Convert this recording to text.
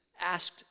asked